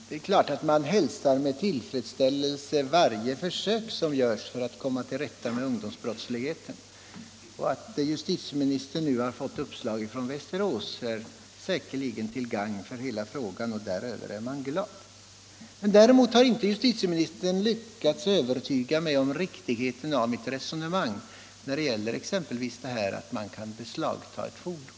Herr talman! Det är klart att man hälsar med tillfredsställelse varje försök som görs att komma till rätta med ungdomsbrottsligheten. Att justitieministern nu har fått uppslag från Västerås är säkerligen till gagn för hela frågan, och däröver är man glad. Däremot har justitieministern inte lyckats övertyga mig om att mitt resonemang skulle vara oriktigt när jag exempelvis pekar på att man kan beslagta ett fordon.